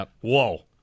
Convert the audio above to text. Whoa